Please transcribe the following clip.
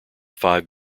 five